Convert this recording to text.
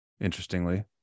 Interestingly